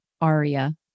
Aria